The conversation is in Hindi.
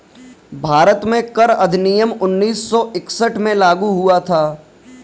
भारत में कर अधिनियम उन्नीस सौ इकसठ में लागू हुआ था